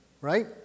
right